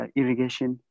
irrigation